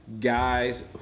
guys